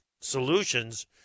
Solutions